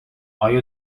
آیا